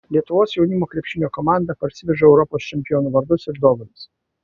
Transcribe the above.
lietuvos jaunimo krepšinio komanda parsiveža europos čempionų vardus ir dovanas